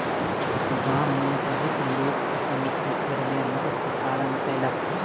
गाम में बहुत लोक अपन पोखैर में मत्स्य पालन कयलक